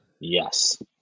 Yes